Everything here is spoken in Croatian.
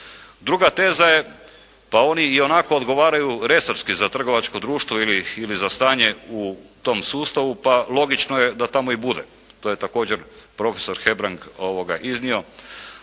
Druga teza je, pa oni ionako odgovaraju resorski za trgovačko društvo ili za stanje u tom sustavu, pa logično je da tamo i bude. To je također prof. Hebrang iznio.